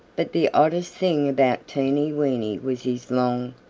but the oddest thing about teeny weeny was his long,